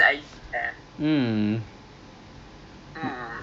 ya so what did your uncle say though about about the block